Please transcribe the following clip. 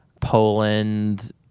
poland